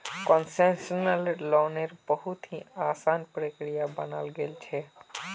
concessional लोन्नेर बहुत ही असान प्रक्रिया बनाल गेल छे